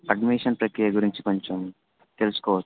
admission ప్రక్రియ గురించి కొంచెం తెలుసుకోవచ్చ